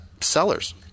sellers